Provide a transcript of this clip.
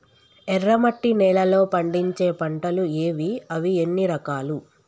ఎర్రమట్టి నేలలో పండించే పంటలు ఏవి? అవి ఎన్ని రకాలు?